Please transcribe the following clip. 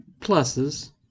pluses